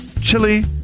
chili